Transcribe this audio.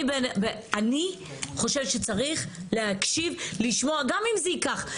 אני חושבת שצריך להקשיב, לשמוע, גם אם זה ייקח.